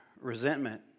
resentment